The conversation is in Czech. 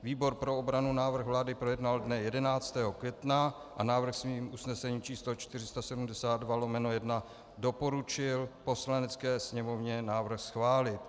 Výbor pro obranu návrh vlády projednal dne 11. května a svým usnesením číslo 472/1 doporučil Poslanecké sněmovně návrh schválit.